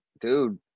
dude